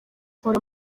mpora